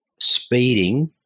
speeding